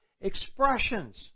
expressions